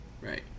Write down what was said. Right